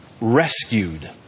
rescued